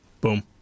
Boom